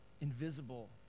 invisible